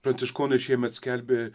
pranciškonai šiemet skelbė